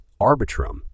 Arbitrum